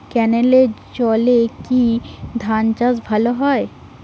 ক্যেনেলের জলে কি ধানচাষ ভালো হয়?